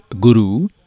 Guru